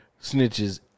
snitches